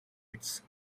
its